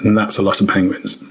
and that's a lot of penguins.